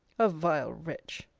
a vile wretch!